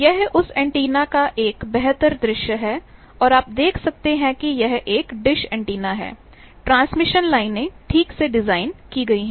यह उस एंटीना का एक बेहतर दृश्य है और आप देख सकते हैं कि यह एक डिश एंटीना है ट्रांसमिशन लाइनें ठीक से डिज़ाइन की गई हैं